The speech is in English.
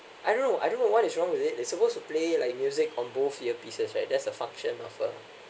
I don't know I don't know what is wrong with it it's supposed to play like music on both earpieces right that's the function of a